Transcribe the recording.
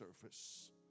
surface